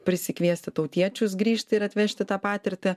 prisikviesti tautiečius grįžti ir atvežti tą patirtį